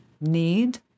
need